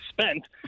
spent